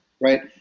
right